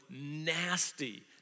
nasty